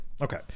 Okay